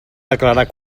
declarar